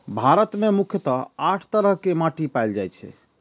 भारत मे मुख्यतः आठ तरह के माटि पाएल जाए छै